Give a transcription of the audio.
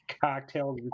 cocktails